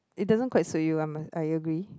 it doesn't quite suit you I must I agree